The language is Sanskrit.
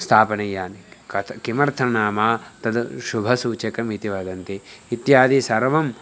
स्थापनीयानि कथं किमर्थं नाम तद् शुभसूचकम् इति वदन्ति इत्यादिकं सर्वम्